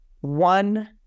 one